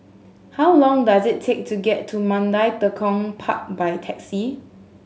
how long does it take to get to Mandai Tekong Park by taxi